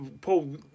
Paul